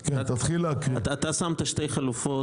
אתה שמת שתי חלופות.